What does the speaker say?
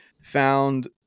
found